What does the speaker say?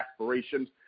aspirations